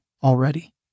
Already